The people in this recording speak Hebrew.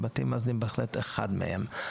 ובתים מאזנים הם בהחלט אחת מהן.